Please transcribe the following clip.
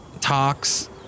Talks